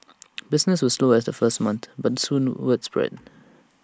business was slow at the first month but soon word spread